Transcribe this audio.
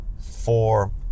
four